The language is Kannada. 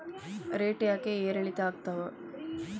ರೇಟ್ ಯಾಕೆ ಏರಿಳಿತ ಆಗ್ತಾವ?